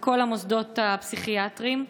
בכל המוסדות הפסיכיאטריים.